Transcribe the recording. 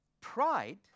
pride